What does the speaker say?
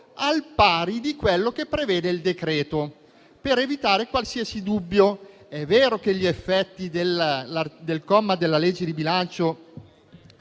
al pari di quello che prevede il decreto. Ciò per evitare qualsiasi dubbio. È vero che gli effetti del comma della legge di bilancio